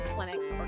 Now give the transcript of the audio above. clinics